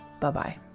Bye-bye